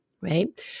right